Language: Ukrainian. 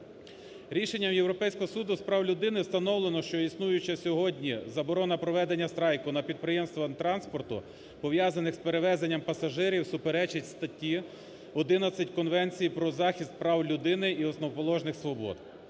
Рішенням Європейського Суду з прав людини встановлено, що існуюча сьогодні заборона проведення страйку на підприємствах транспорту, пов'язаних з перевезенням пасажирів, суперечить статті 11 Конвенції про захист прав людини і основоположних свобод.